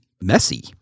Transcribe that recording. messy